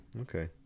okay